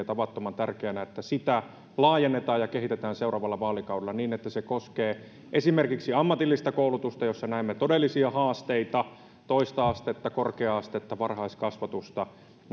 tavattoman tärkeänä että sitä laajennetaan ja kehitetään seuraavalla vaalikaudella niin että se koskee esimerkiksi ammatillista koulutusta jossa näemme todellisia haasteita toista astetta korkea astetta varhaiskasvatusta